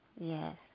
Yes